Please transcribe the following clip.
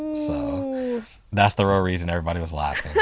so that's the real reason everybody was laughing.